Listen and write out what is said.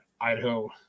Idaho